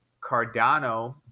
Cardano